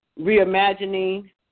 reimagining